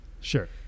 Sure